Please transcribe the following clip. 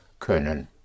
können